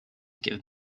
give